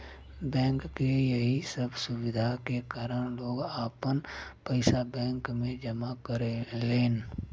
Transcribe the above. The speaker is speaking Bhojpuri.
बैंक के यही सब सुविधा के कारन लोग आपन पइसा बैंक में जमा करेलन